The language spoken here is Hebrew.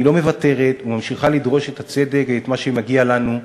אני לא מוותרת וממשיכה לדרוש את הצדק ואת מה שמגיע לנו,